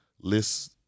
List's